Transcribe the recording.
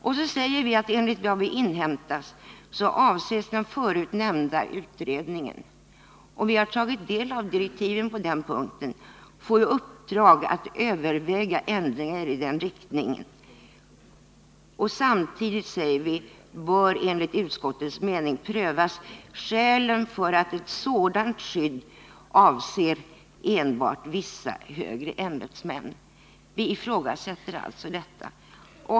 Enligt vad utskottet inhämtat avses den förut nämnda utredningen”- vi har tagit del av direktiven på den punkten — ”bl.a. att få i uppdrag att överväga ändringar i den riktningen. Samtidigt bör enligt utskottets mening prövas skälen för att ett sådant skydd avser enbart vissa högre ämbetsmän.” Vi ifrågasätter alltså detta.